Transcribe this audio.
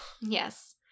Yes